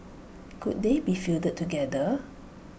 could they be fielded together